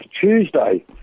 Tuesday